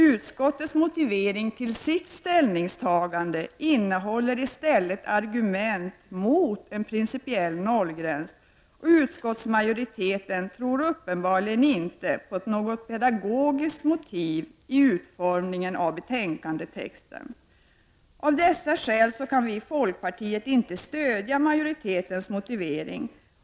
Utskottets motivering för ställningstagandet innehåller i stället argument mot en principiell nollgräns. Utskottsmajoriteten tror uppenbarligen inte på något pedagogiskt motiv när det gäller utformningen av betänkandetexten. Av dessa skäl kan vi i folkpartiet inte stödja majoritetens motivering.